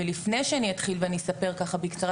ולפני שאני אתחיל ואני אספר ככה בקצרה